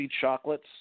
chocolates